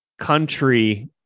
country